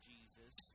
Jesus